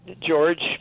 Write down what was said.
George